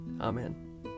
Amen